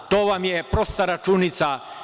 To vam je prosta računica.